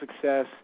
success